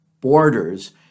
borders